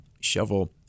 shovel